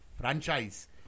franchise